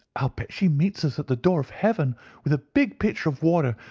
i'll bet she meets us at the door of heaven with a big pitcher of water,